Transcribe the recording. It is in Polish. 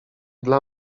dla